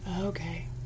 Okay